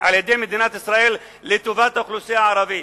על-ידי מדינת ישראל לטובת האוכלוסייה הערבית.